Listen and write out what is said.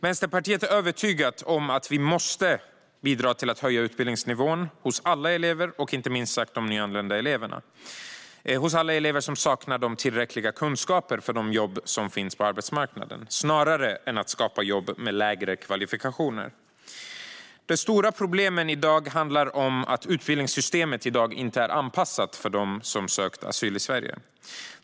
Vänsterpartiet är övertygat om att vi måste bidra till att höja utbildningsnivån hos alla elever och inte minst hos de nyanlända eleverna - hos alla elever som saknar tillräckliga kunskaper för de jobb som finns på arbetsmarknaden. Detta måste vi göra snarare än att skapa jobb med lägre kvalifikationer. De stora problemen i dag handlar om att utbildningssystemet inte är anpassat för dem som sökt asyl i Sverige.